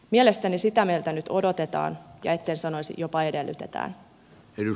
mielestäni sitä meiltä nyt odotetaan ja etten sanoisi jopa edellytetään